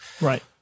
Right